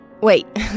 wait